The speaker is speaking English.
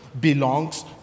belongs